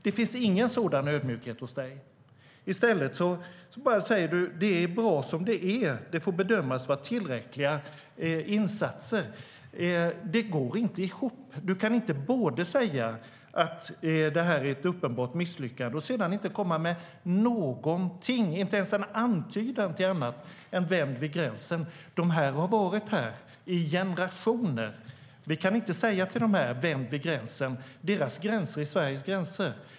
Det finns ingen sådan ödmjukhet hos dig, Jonas Millard. I stället säger du bara: Det är bra som det är. Det får bedömas vara tillräckliga insatser. Det går inte ihop! Du kan inte både säga att det här är ett uppenbart misslyckande och sedan inte komma med någonting, inte ens en antydan till något annat än att säga: Vänd vid gränsen! De här människorna har varit här i generationer. Vi kan inte säga till dem att de ska vända vid gränsen. Deras gränser är Sveriges gränser.